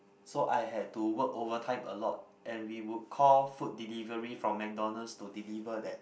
so I had to work overtime a lot and we would call food delivery from McDonalds to deliver that